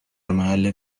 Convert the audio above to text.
محل